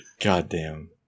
Goddamn